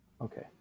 Okay